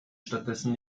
stattdessen